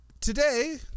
today